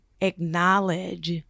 acknowledge